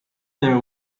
there